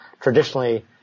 traditionally